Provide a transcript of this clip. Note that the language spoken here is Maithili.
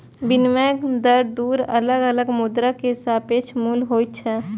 विनिमय दर दू अलग अलग मुद्रा के सापेक्ष मूल्य होइ छै